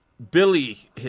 Billy